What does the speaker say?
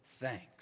thanks